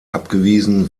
abgewiesen